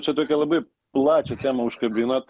čia tokią labai plačią temą užkabinot